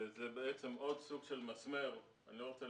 וזה בעצם עוד סוג של מסמר אני לא רוצה